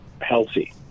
healthy